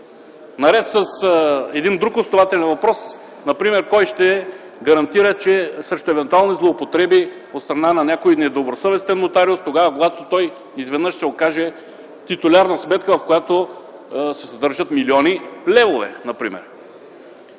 наред с друг основателен въпрос: кой ще гарантира срещу евентуални злоупотреби от страна на някой недобросъвестен нотариус тогава, когато той изведнъж се окаже титуляр на сметка, в която се държат милиони левове например?